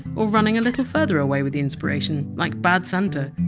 or running a little further away with the inspiration, like bad santa.